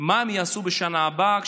ממה שהם יעשו בשנה הבאה,